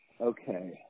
Okay